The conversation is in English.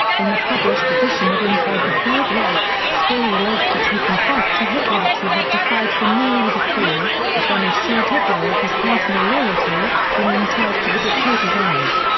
in the published edition of inside the third reich, speer relates that he confessed to hitler that he had defied the nero decree, but then assured hitler of his personal loyalty, bringing tears to the dictator's eyes.